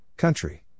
Country